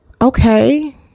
Okay